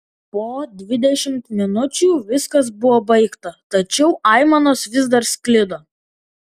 po dvidešimt minučių viskas buvo baigta tačiau aimanos vis dar sklido